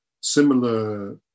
similar